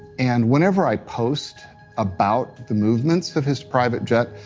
and whenever i post about the movements of his private jet,